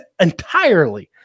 entirely